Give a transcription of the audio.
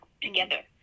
together